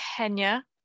Kenya